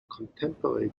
contemporary